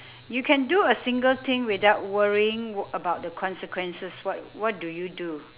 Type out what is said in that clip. you can do a single thing without worrying w~ about the consequences what what do you do